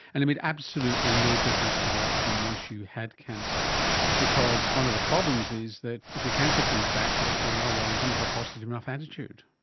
and it made absolutely no difference to the outcome once you had cancer because one of the problems is that if your cancer comes back people say, oh well, you didn't have a positive enough attitude.